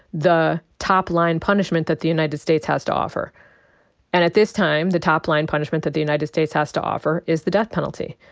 the top line punishment that the united states has to offer. and at this time, the top line punishment that the united states has to offer is the death penalty.